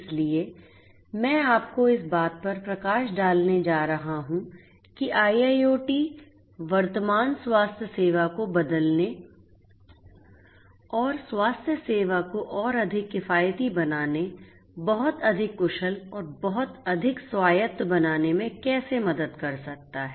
इसलिए मैं आपको इस बात पर प्रकाश डालने जा रहा हूं कि IIoT वर्तमान स्वास्थ्य सेवा को बदलने और स्वास्थ्य सेवा को और अधिक किफायती बनाने बहुत अधिक कुशल और बहुत अधिक स्वायत्त बनाने में कैसे मदद कर सकता है